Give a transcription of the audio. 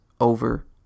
Over